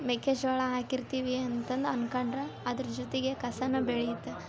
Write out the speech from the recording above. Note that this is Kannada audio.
ಮೆಕ್ಕೆಜೋಳ ಹಾಕಿರ್ತೀವಿ ಅಂತಂದು ಅನ್ಕೊಂಡರೆ ಅದರ ಜೊತೆಗೆ ಕಸನೂ ಬೆಳಿಯುತ್ತೆ